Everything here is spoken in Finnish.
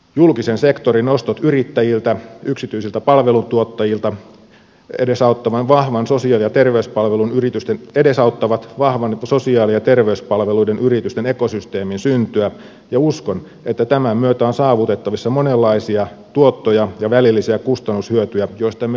julkisen sektorin ostot yrittäjiltä yksityisiltä palveluntuottajilta edesauttavat vahvan suosio ja terveyspalvelun yritysten edesauttavat vahvan sosiaali ja terveyspalveluiden yritysten ekosysteemin syntyä ja uskon että tämän myötä on saavutettavissa monenlaisia tuottoja ja välillisiä kustannushyötyjä joista emme vielä tiedäkään